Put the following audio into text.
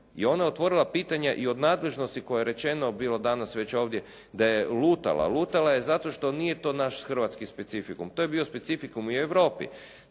i ona je otvorila pitanja i od nadležnosti o kojoj je rečeno bilo danas već ovdje da je lutala, lutala je zato što nije to naš hrvatski specifikum, to je bio specifikum i u Europi,